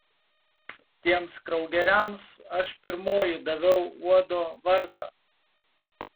tiems kraugeriams aš pirmoji daviau uodo vardą